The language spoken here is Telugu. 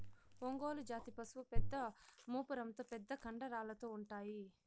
ఒంగోలు జాతి పసులు పెద్ద మూపురంతో పెద్ద కండరాలతో ఉంటాయి